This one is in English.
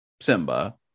simba